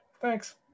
thanks